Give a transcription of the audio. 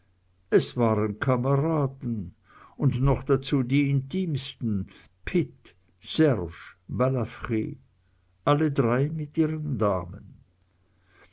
es waren kameraden und noch dazu die intimsten pitt serge balafr alle drei mit ihren damen